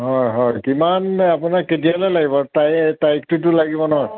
হয় হয় কিমান আপোনাক কেতিয়ালৈ লাগিব তাৰি তাৰিখটোতো লাগিব ন